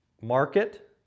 market